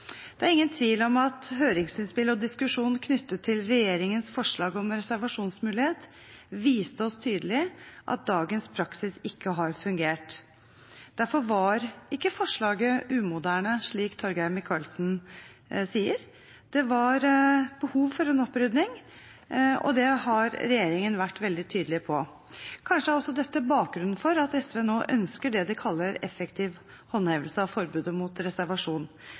Det er ingen tvil om at høringsinnspill og diskusjon knyttet til regjeringens forslag om reservasjonsmulighet viste oss tydelig at dagens praksis ikke har fungert. Derfor var ikke forslaget umoderne, slik Torgeir Micaelsen sier. Det var behov for en opprydning, og det har regjeringen vært veldig tydelig på. Kanskje er dette også bakgrunnen for at SV nå ønsker det de kaller effektiv håndhevelse av forbudet mot reservasjon.